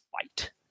fight